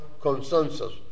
consensus